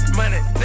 money